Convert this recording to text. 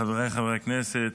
חבריי חברי הכנסת,